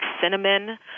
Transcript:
cinnamon